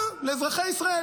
לאזרחי ישראל.